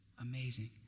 Amazing